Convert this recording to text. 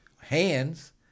hands